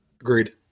Agreed